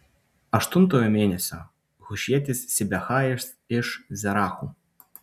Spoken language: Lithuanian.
aštuntojo mėnesio hušietis sibechajas iš zerachų